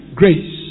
grace